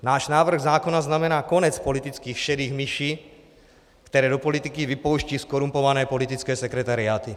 Náš návrh zákona znamená konec politických šedých myší, které do politiky vypouštějí zkorumpované politické sekretariáty.